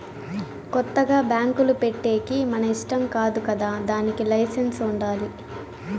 కొత్తగా బ్యాంకులు పెట్టేకి మన ఇష్టం కాదు కదా దానికి లైసెన్స్ ఉండాలి